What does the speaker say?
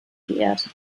geehrt